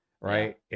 Right